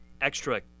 extra